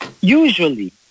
usually